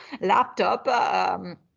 laptop